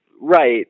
right